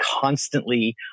constantly